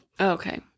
Okay